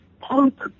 punk